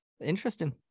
Interesting